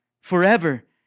forever